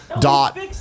dot